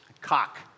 cock